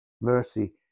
mercy